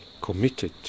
committed